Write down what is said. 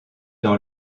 dans